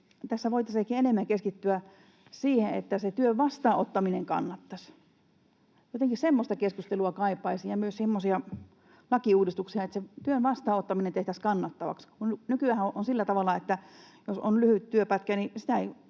tässä voitaisiin ehkä enemmän keskittyä siihen, että se työn vastaanottaminen kannattaisi. Semmoista keskustelua kaipaisin ja myös semmoisia lakiuudistuksia, että se työn vastaanottaminen tehtäisiin kannattavaksi. Kun nykyäänhän on sillä tavalla, että jos on lyhyt työpätkä,